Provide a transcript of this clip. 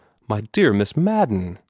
my dear miss madden!